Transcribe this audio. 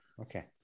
okay